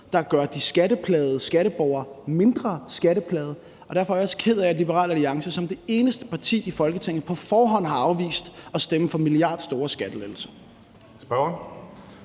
og gør de skatteplagede skatteborgere mindre skatteplagede. Derfor er jeg også ked af, at Liberal Alliance som det eneste parti i Folketinget på forhånd har afvist at stemme for milliardstore skattelettelser.